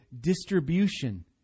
distribution